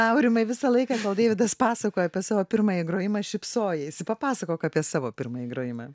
aurimai visą laiką kol deividas pasakojo apie savo pirmąjį grojimą šypsojaisi papasakok apie savo pirmąjį grojimą